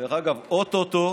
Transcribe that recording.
דרך אגב, או-טו-טו